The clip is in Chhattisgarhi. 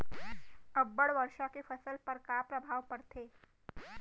अब्बड़ वर्षा के फसल पर का प्रभाव परथे?